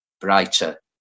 brighter